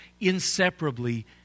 inseparably